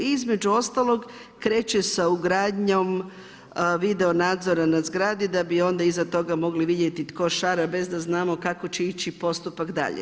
Između ostalog kreće sa ugradnjom video nadzora na zgradi da bi onda iza toga mogli vidjeti tko šara bez da znamo kako će ići postupak dalje.